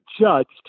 judged